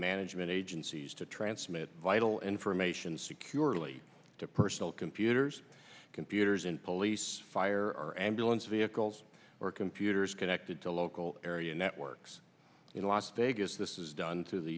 management agencies to transmit vital information securely to personal computers computers in police fire or ambulance vehicles or computers connected to local area networks in las vegas this is done through the